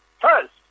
first